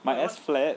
my ass flat